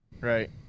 Right